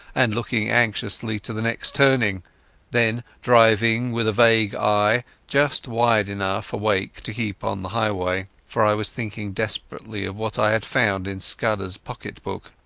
and looking anxiously to the next turning then driving with a vague eye, just wide enough awake to keep on the highway. for i was thinking desperately of what i had found in scudderas pocket-book.